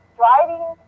driving